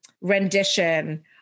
rendition